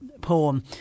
poem